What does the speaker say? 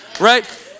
right